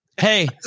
Hey